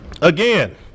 Again